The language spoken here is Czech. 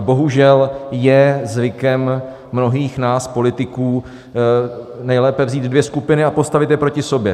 Bohužel je zvykem mnohých nás politiků nejlépe vzít dvě skupiny a postavit je proti sobě.